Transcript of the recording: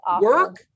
work